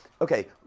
okay